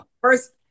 first